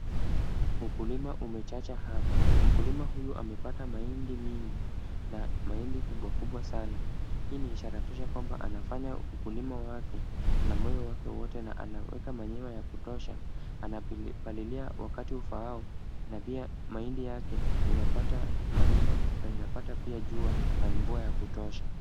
Ukulima umechacha hapa. Mkulima amepata mahindi mingi na mahindi kubwa kubwa sana. Hii ni ishara tosha kuwa anafanya ukulima wake na moyo wake wote na anaweka manure ya kutosha, anapalilia wakati ufaao na pia mahindi yake inapata manure na inapata pia jua na mvua wa kutosha.